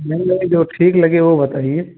नहीं भाई जो ठीक लगे वो बताइए